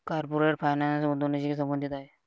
corporate finance गुंतवणुकीशी संबंधित आहे